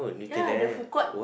ya the food court